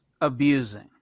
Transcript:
abusing